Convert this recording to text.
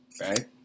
Right